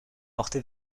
porté